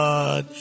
God